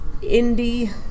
indie